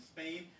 Spain